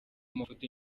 mafoto